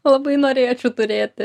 labai norėčiau turėti